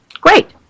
Great